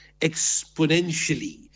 exponentially